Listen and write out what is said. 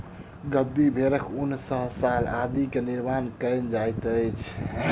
गद्दी भेड़क ऊन सॅ शाल आदि के निर्माण कयल जाइत अछि